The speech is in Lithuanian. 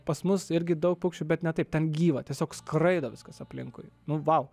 pas mus irgi daug paukščių bet ne taip ten gyva tiesiog skraido viskas aplinkui nu vau